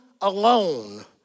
alone